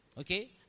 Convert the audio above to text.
okay